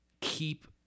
keep